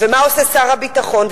ומה עושה שר הביטחון?